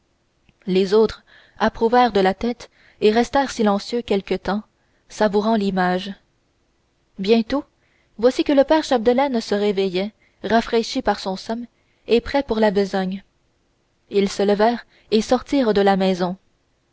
les autres approuvèrent de la tête et restèrent silencieux quelque temps savourant l'image bientôt voici que le père chapdelaine se réveillait rafraîchi par son somme et prêt pour la besogne ils se levèrent et sortirent de la maison